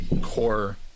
core